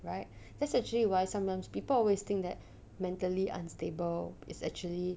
right that's actually why sometimes people always think that mentally unstable is actually